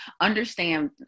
understand